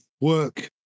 work